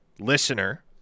listener